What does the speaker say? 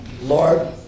Lord